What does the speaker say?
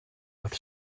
with